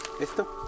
Esto